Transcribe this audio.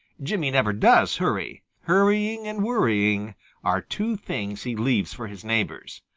jimmy never does hurry. hurrying and worrying are two things he leaves for his neighbors.